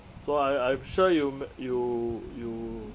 so I~ I'm sure you m~ you you